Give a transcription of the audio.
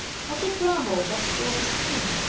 not a bramble but tore his skin.